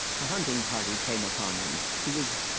a hunting party came upon him. he was.